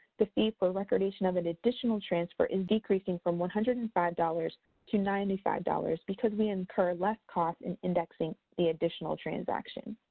the fee for recordation of an additional transfer is decreasing from one hundred and five dollars to ninety five dollars because we incur less costs in indexing the additional transaction.